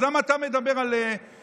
אז למה אתה מדבר על האחרים,